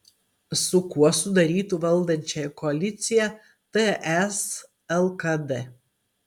su kuo sudarytų valdančią koaliciją ts lkd